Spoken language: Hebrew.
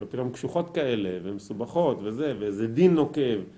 וגם קשוחות כאלה ומסובכות וזה ואיזה דין נוקב